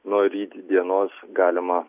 nuo rytdienos galima